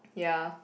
ya